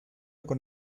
con